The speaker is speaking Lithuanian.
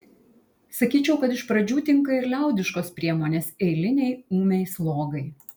sakyčiau kad iš pradžių tinka ir liaudiškos priemonės eilinei ūmiai slogai